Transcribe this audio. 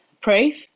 proof